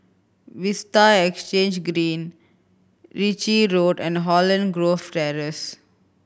Vista Exhange Green Ritchie Road and Holland Grove Terrace